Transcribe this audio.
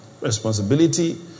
responsibility